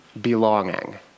belonging